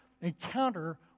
encounter